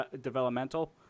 Developmental